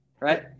right